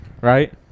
Right